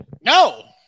no